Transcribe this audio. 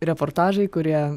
reportažai kurie